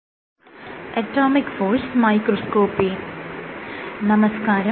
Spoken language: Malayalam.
നമസ്കാരം